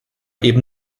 eben